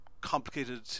complicated